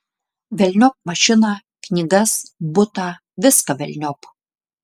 velniop mašiną knygas butą viską velniop